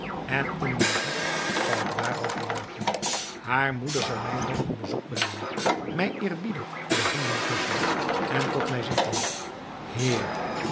en in mijn hart zal ik daarover juichen hare moeder zal mij dan een bezoek brengen mij eerbiedig de handen kussen en tot mij zeggen heer